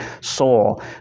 soul